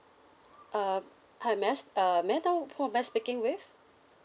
um hi mess~ uh may I know who am I speaking with